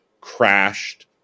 crashed